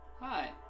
Hi